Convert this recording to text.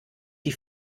die